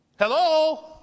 Hello